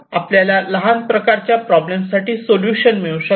आपल्याला लहान प्रकारच्या प्रॉब्लेम साठी सोल्युशन मिळू शकते